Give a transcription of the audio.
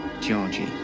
Georgie